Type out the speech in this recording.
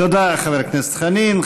תודה, חבר הכנסת חנין.